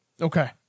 Okay